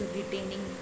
retaining